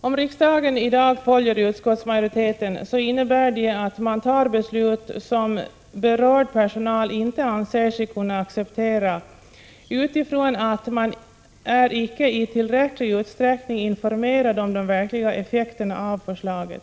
Om riksdagen i dag följer utskottsmajoriteten innebär det att man fattar beslut som berörd personal inte anser sig kunna acceptera mot bakgrund av att informationen om de verkliga effekterna av förslaget inte varit tillräcklig.